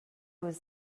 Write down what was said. was